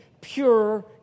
pure